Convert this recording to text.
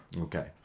Okay